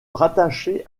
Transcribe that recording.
rattacher